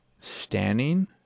standing